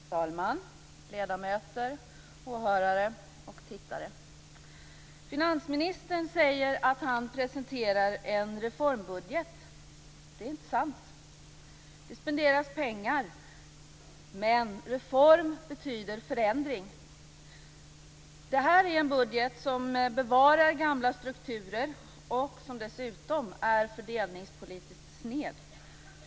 Fru talman! Ledamöter, åhörare och tittare! Finansministern säger att han presenterar en reformbudget. Det är inte sant. Det spenderas pengar, men reform betyder förändring. Det här är en budget som bevarar gamla strukturer och som dessutom är fördelningspolitiskt sned.